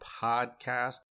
podcast